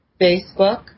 Facebook